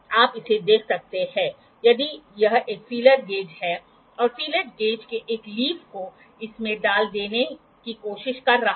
clinometer spirit level का एक विशेष मामला है क्योंकि आमतौर पर स्पिरिट लेवल में क्या होता है आप हमेशा एक छोटा एंगल रखने की कोशिश करेंगे